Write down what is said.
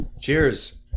Cheers